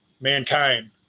mankind